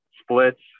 splits